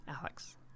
Alex